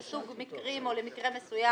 לסוג מקרים או למקרה מסוים,